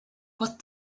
but